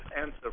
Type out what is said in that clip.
answer